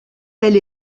elle